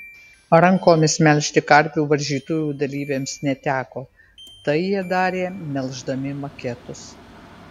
rankomis melžti karvių varžytuvių dalyviams neteko tai jie darė melždami maketus